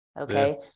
Okay